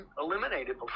eliminated